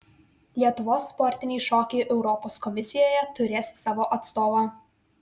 lietuvos sportiniai šokiai europos komisijoje turės savo atstovą